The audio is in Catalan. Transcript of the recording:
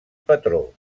patró